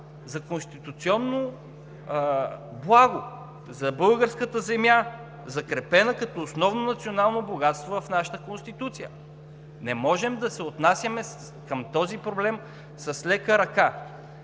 за конституционно благо – за българската земя, закрепена като основно национално богатство в нашата Конституция. Не можем да се отнасяме с лека ръка